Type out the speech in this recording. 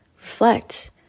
reflect